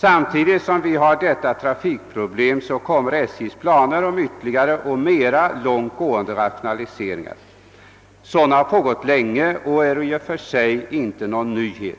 Samtidigt som vi har detta trafikproblem kommer SJ:s planer om ytterligare och mera långtgående nedskärningar. Sådana har pågått länge och är i och för sig inte någon nyhet.